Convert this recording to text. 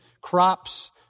crops